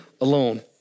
alone